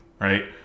right